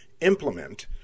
implement